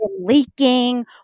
leaking